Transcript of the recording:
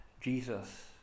Jesus